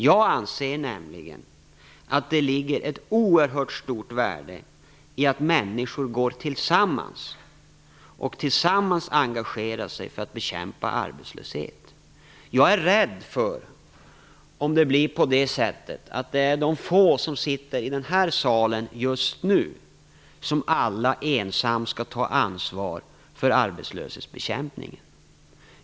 Jag anser nämligen att det ligger ett mycket stort värde i att människor går samman och tillsammans engagerar sig för att bekämpa arbetslöshet. Jag tror att det vore olyckligt om de få som sitter i den här salen just nu var och en skulle ta ansvar för arbetslöshetsbekämpningen.